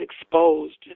exposed